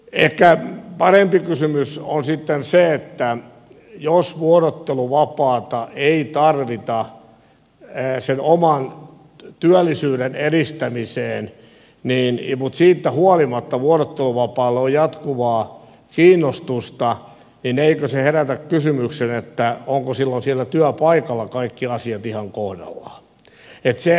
ehkä parempi kysymys on sitten se että jos vuorotteluvapaata ei tarvita sen oman työllisyyden edistämiseen mutta siitä huolimatta vuorotteluvapaalle on jatkuvaa kiinnostusta niin eikö se herätä kysymyksen että ovatko silloin siellä työpaikalla kaikki asiat ihan kohdallaan